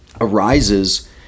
arises